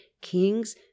kings